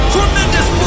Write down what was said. Tremendous